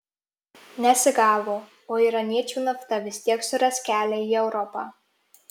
nesigavo o iraniečių nafta vis tiek suras kelią į europą